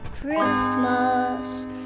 Christmas